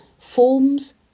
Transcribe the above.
forms